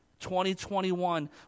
2021